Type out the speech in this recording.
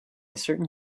certain